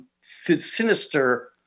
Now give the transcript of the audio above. sinister